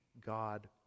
God